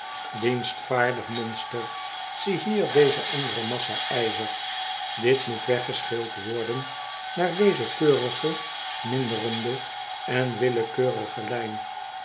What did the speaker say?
dienstvaardig monster ziehier deze andere massa ijzer dit moet weggeschild worden naar deze keurige minderende en willekeurige lijn